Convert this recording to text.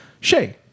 Shay